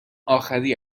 آخری